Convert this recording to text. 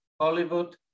Hollywood